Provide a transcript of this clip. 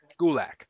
Gulak